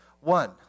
One